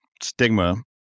stigma